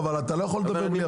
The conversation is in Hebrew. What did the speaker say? אבל אתה לא יכול לדבר בלי הפסקה.